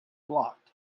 blocked